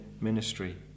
ministry